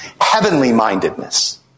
heavenly-mindedness